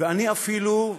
ואני אפילו,